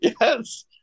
Yes